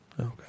Okay